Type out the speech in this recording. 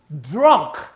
drunk